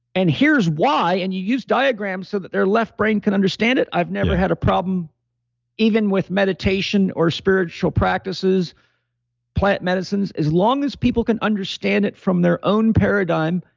and here's why, and you use diagrams so that their left brain can understand it. i've never had a problem even with meditation or spiritual practices plant medicines. as long as people can understand it from their own paradigm,